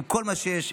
עם כל מה שיש,